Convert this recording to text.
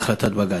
על החלטת בג"ץ,